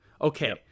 Okay